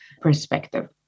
perspective